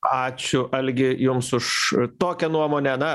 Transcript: ačiū algi jums už tokią nuomonę na